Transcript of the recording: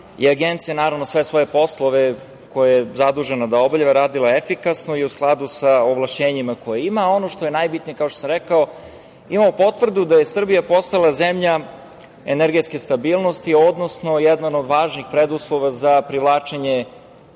je Agencija sve svoje poslove koje je zadužena da obavlja uradila efikasno i u skladu sa ovlašćenjima koje ima, a ono što je najbitnije, kao što sam rekao, imamo potvrdu da je Srbija postala zemlja energetske stabilnosti, odnosno jedan od važnih preduslova za privlačenje